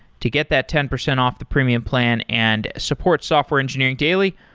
to get that ten percent off the premium plan and support software engineering daily,